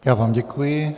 Já vám děkuji.